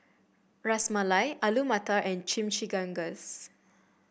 Ras Malai Alu Matar and Chimichangas